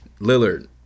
Lillard